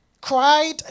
cried